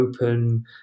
open